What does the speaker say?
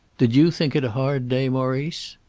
did you think it a hard day, maurice?